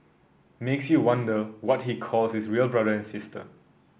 makes you wonder what he calls his real brother and sister